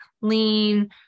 lean